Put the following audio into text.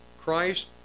Christ